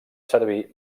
servir